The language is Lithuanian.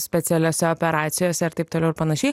specialiose operacijose ir taip toliau ir panašiai